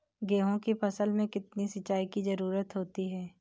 गेहूँ की फसल में कितनी सिंचाई की जरूरत होती है?